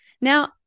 Now